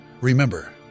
Remember